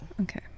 Okay